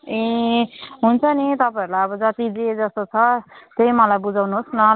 ए हुन्छ नि तपाईँहरूलाई अब जति जे जसो छ त्यही मलाई बुझाउनुहोस् न ल